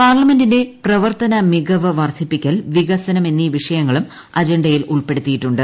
പാർലമെന്റിന്റെ പ്രവർത്തന മികവ് വർദ്ധിപ്പിക്കൽ വികസനം എന്നീ വിഷയങ്ങളും അജണ്ടയിൽ ഉൾപ്പെടുത്തിയിട്ടുണ്ട്